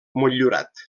motllurat